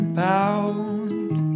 bound